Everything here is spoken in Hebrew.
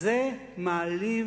זה מעליב